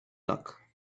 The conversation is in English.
luck